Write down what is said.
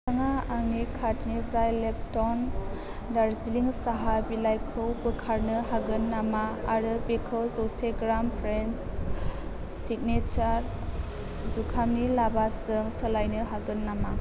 नोंथाङा आंनि कार्टनिफ्राय लिप्टन दार्जिलिं साहा बिलाइखौ बोखारनो हागोन नामा आरो बेखौ जौसे ग्राम फ्रेश' सिगनेसार जुखामनि लाबाशजों सोलायनो हागोन नामा